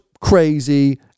crazy